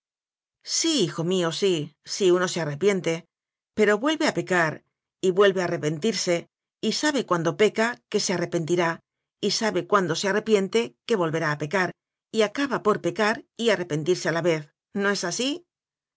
sí hijo mío sí si uno se arrepiente pero vuelve a pecar y vuelve a arrepentirse y sabe cuando peca que se arrepentirá y sabe cuando se arrepiente que volverá a pecar y acaba por pecar y arrepentirse a la vez no es así